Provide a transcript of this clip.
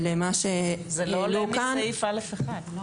זה לא עולה מסעיף (א)(1).